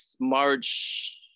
March